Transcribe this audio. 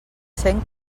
cent